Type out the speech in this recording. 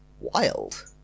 Wild